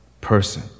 person